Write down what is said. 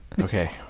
Okay